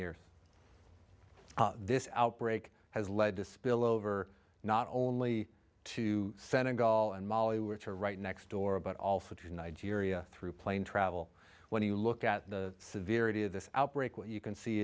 years this outbreak has led to spillover not only to senegal and mali which are right next door but also to nigeria through plane travel when you look at the severe it in this outbreak what you can see